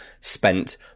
spent